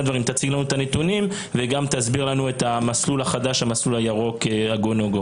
תציג לנו בבקשה את הנתונים ותסביר לנו את המסלול הירוק החדש.